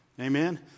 Amen